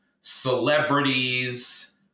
celebrities